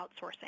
outsourcing